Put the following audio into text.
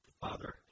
father